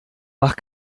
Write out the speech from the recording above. mach